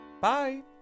Bye